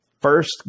first